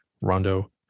Rondo